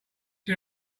see